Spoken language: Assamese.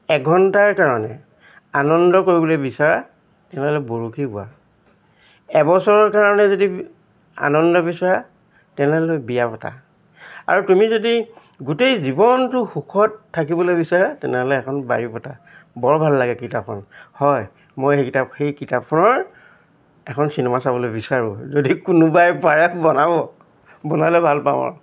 এঘণ্টাৰ কাৰণে আনন্দ কৰিবলৈ বিচাৰা তেনেহ'লে বৰশী বোৱা এবছৰৰ কাৰণে যদি আনন্দ বিচৰা তেনেহ'লে বিয়া পাতা আৰু তুমি যদি গোটেই জীৱনটো সুখত থাকিবলৈ বিচাৰা তেনেহ'লে এখন বাৰী পাতা বৰ ভাল লাগে কিতাপখন হয় মই সেই কিতাপ সেই কিতাপখনৰ এখন চিনেমা চাবলৈ বিচাৰোঁ যদি কোনোবাই পাৰে বনাব বনালে ভাল পাওঁ আৰু